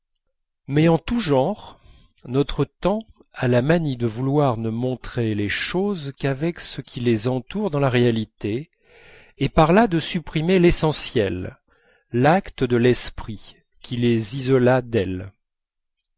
mais en tout genre notre temps a la manie de vouloir ne montrer les choses qu'avec ce qui les entoure dans la réalité et par là de supprimer l'essentiel l'acte de l'esprit qui les isola d'elle